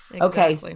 Okay